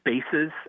spaces